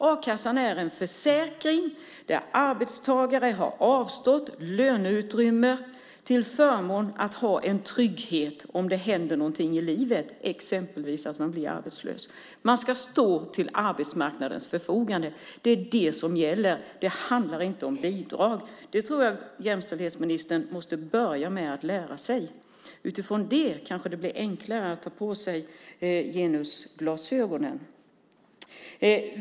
A-kassan är en försäkring där arbetstagare har avstått löneutrymme för att ha en trygghet om det händer någonting i livet, exempelvis att man blir arbetslös. Man ska stå till arbetsmarknadens förfogande. Det är det som gäller. Det handlar inte om bidrag. Detta måste jämställdhetsministern börja med att lära sig. Utifrån detta blir det kanske enklare att ta på sig genusglasögonen.